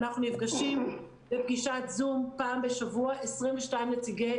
אנחנו נפגשים בפגישת זום פעם בשבוע 22 נציגי